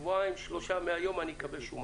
שבועיים-שלושה מהיום אני אקבל שומה.